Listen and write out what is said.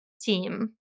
team